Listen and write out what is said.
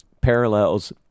parallels